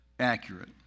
accurate